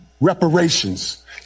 reparations